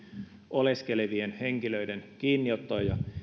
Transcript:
oleskelevien henkilöiden kiinniottoa ja